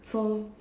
so